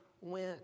went